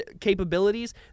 capabilities